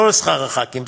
לא לשכר הח"כים,